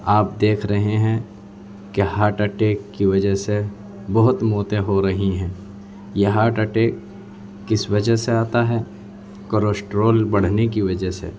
آپ دیکھ رہے ہیں کہ ہاٹ اٹیک کی وجہ سے بہت موتیں ہو رہی ہیں یہ ہاٹ اٹیک کس وجہ سے آتا ہے کورشٹرول بڑھنے کی وجہ سے